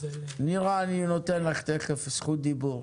אני נותן לך תיכף זכות דיבור.